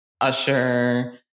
usher